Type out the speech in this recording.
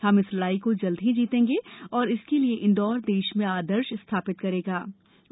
हम इस लड़ाई को जल्द ही जीतें े तथा इसके लिए इंदौर देश में दर्श स्थापित करे ा